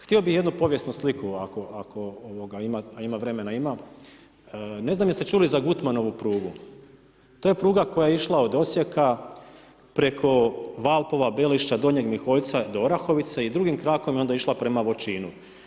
Htio bi jednu povijesnu sliku, ako ima vremena, a ima, ne znam jeste čuli za Gutmanovu prugu, to je pruga koja je išla od Osijeka, preko Valpova, Belišća, Donjeg Miholjca do Orahovice i drugim trakom je onda išla prema Voćinu.